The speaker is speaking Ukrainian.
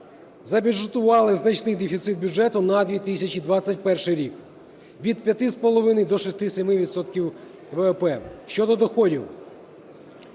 забюджетували значний дефіцит бюджету на 2021 рік – від 5,5 до 6,7 відсотка ВВП. Щодо доходів.